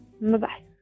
Bye-bye